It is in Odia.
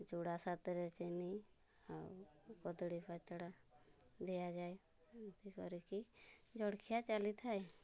ଚୁଡ଼ା ସାଥିରେ ଚିନି ଆଉ କଦଳୀ ପାଚିଲା ଦିଆଯାଏ ଏମତି କରିକି ଜଳଖିଆ ଚାଲିଥାଏ